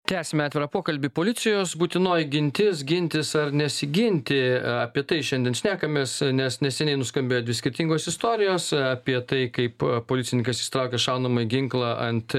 tęsiame atvirą pokalbį policijos būtinoji gintis gintis ar nesiginti apie tai šiandien šnekamės nes neseniai nuskambėjo dvi skirtingos istorijos apie tai kaip policininkas išsitraukė šaunamąjį ginklą ant